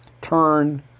turn